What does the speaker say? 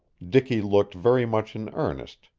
dicky looked very much in earnest,